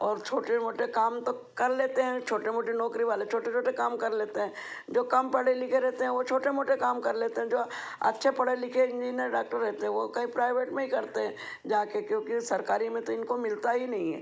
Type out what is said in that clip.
और छोटे मोटे काम तो कर लेते हैं छोटे मोटे नौकरी वाले छोटे छोटे काम कर लेते हैं जो कम पढ़े लिखे रहते हैं वो छोटे मोटे काम कर लेते हैं जो अच्छे पढ़े लिखे इंनियर डाक्टर रहते हैं वो कहीं प्राइवेट में ही करते हैं जाके क्योंकि सरकारी में तो इनको मिलता ही नहीं है